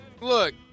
Look